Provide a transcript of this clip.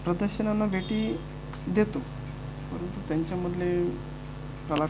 प्रदर्शनांना भेटी देतो परंतु त्यांच्यामधले कलाकार